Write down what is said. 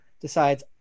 decides